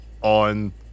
on